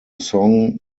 song